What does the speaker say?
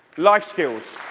life skills.